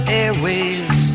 airways